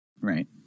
Right